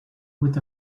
with